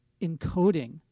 encoding